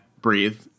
breathe